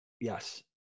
Yes